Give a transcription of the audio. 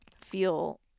feel